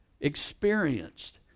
experienced